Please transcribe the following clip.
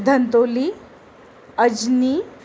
Dhantoli Ajni